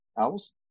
Owls